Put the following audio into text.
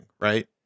right